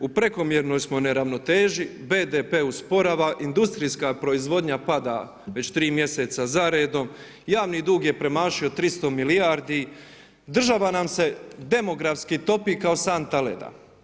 U prekomjernoj smo neravnotežu, BDP usporava, industrijska proizvodnja pada već tri mjeseca za redom, javni dug je premašio 300 milijardi, država nam se demografski topi kao santa leda.